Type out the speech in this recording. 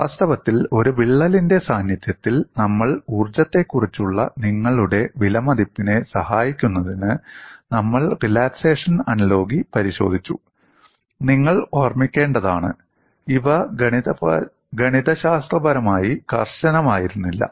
വാസ്തവത്തിൽ ഒരു വിള്ളലിന്റെ സാന്നിധ്യത്തിൽ സമ്മർദ്ദ ഊർജ്ജത്തെക്കുറിച്ചുള്ള നിങ്ങളുടെ വിലമതിപ്പിനെ സഹായിക്കുന്നതിന് നമ്മൾ റിലാക്സേഷൻ അനലോഗി പരിശോധിച്ചു നിങ്ങൾ ഓർമ്മിക്കേണ്ടതാണ് ഇവ ഗണിതശാസ്ത്രപരമായി കർശനമായിരുന്നില്ല